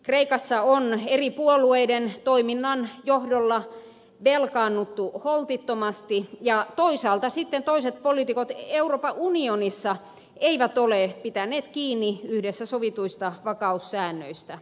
kreikassa on eri puolueiden toiminnan johdolla velkaannuttu holtittomasti ja toisaalta sitten toiset poliitikot euroopan unionissa eivät ole pitäneet kiinni yhdessä sovituista vakaussäännöistä